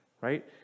right